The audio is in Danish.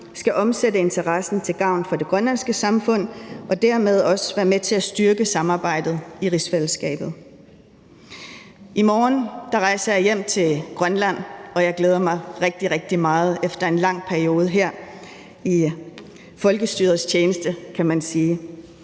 skal omsætte interessen til gavn for det grønlandske samfund og dermed også være med til at styrke samarbejdet i rigsfællesskabet. I morgen rejser jeg hjem til Grønland, og jeg glæder mig rigtig, rigtig meget efter en lang periode her i folkestyrets tjeneste,